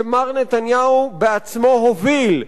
שמר נתניהו עצמו הוביל,